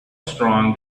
strong